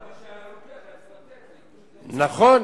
מי שהיה נותן היה צריך לתת, נכון.